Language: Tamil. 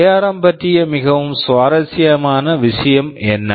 எஆர்ம் ARM பற்றிய மிகவும் சுவாரஸ்யமான விசயம் என்ன